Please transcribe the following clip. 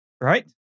right